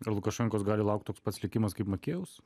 ir lukašenkos gali laukt toks pats likimas kaip makėjeus